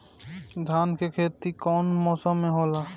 धान के खेती कवन मौसम में होला?